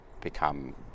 become